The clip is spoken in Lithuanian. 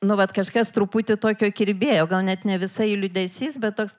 nu vat kažkas truputį tokio kirbėjo gal net ne visai liūdesys bet toks